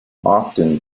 often